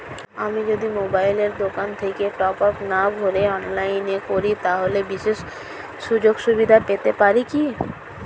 আমি যদি মোবাইলের দোকান থেকে টপআপ না ভরে অনলাইনে করি তাহলে বিশেষ সুযোগসুবিধা পেতে পারি কি?